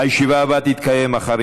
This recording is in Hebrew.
הישיבה הבאה תתקיים מחר,